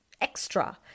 extra